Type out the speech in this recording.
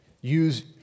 use